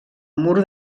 mur